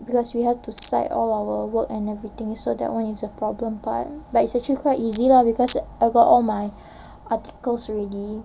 because we have to cite all our work and everything so that one is a problem but but it's actually quite easy lah because I got all my articles already